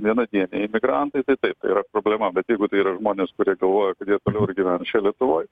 vienadieniai emigrantai tai taip yra problema bet jeigu tai yra žmonės kurie galvoja kad jie ir toliau ir gyvens čia lietuvoj